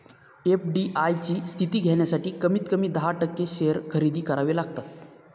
FDI ची स्थिती घेण्यासाठी कमीत कमी दहा टक्के शेअर खरेदी करावे लागतात